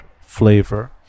flavor